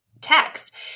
text